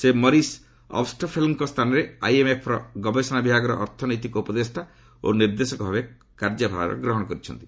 ସେ ମରିସ୍ ଅବଷ୍ଟଫେଲ୍ଜଙ୍କ ସ୍ଥାନରେ ଆଇଏମ୍ଏଫ୍ର ଗବେଷଣା ବିଭାଗର ଅର୍ଥନୈତିକ ଉପଦେଷ୍ଟା ଓ ନିର୍ଦ୍ଦେଶକ ଭାବେ କାର୍ଯ୍ୟଭାର ଗ୍ରହଣ କରିଛନ୍ତି